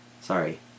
sorry